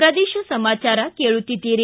ಪ್ರದೇಶ ಸಮಾಚಾರ ಕೇಳುತ್ತೀದ್ದಿರಿ